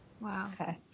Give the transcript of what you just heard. Wow